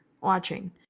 watching